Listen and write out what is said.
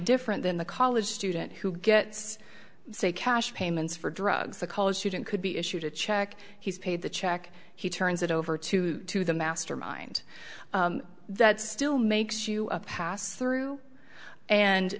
different than the college student who gets say cash payments for drugs the college student could be issued a check he's paid the check he turns it over to the mastermind that still makes you a pass through and